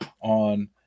on